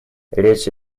речь